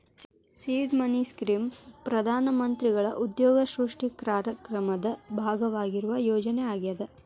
seed money scheme ಪ್ರಧಾನ ಮಂತ್ರಿಗಳ ಉದ್ಯೋಗ ಸೃಷ್ಟಿ ಕಾರ್ಯಕ್ರಮದ ಭಾಗವಾಗಿರುವ ಯೋಜನೆ ಆಗ್ಯಾದ